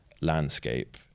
landscape